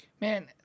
Man